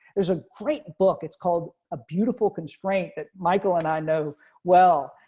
there's a great book. it's called a beautiful constraint that michael and i know well,